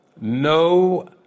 No